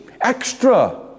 extra